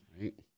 right